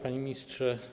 Panie Ministrze!